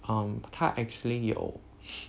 um 它 actually 有